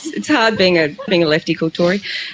it's hard being ah being a lefty called tory.